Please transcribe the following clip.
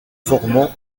formant